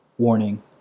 Warning